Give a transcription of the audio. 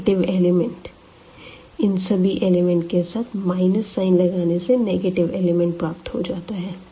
negative element इन सभी element के साथ माइनस साइन लगाने से नेगेटिव एलिमेंट प्राप्त हो जाता है